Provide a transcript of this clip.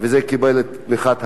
זה קיבל את תמיכת הממשלה.